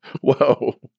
whoa